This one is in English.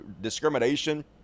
discrimination